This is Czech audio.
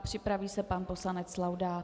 Připraví se pan poslanec Laudát.